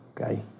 Okay